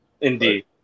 Indeed